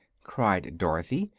cried dorothy,